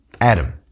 Adam